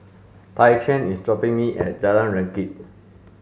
Tyquan is dropping me off at Jalan Rakit